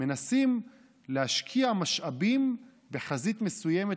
מנסים להשקיע משאבים בחזית מסוימת,